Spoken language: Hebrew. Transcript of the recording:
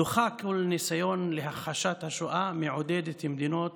דוחה כל ניסיון להכחשת השואה, מעודדת מדינות